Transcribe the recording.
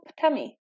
tummy